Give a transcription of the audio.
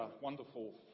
wonderful